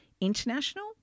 international